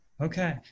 Okay